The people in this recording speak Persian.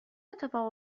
اتفاق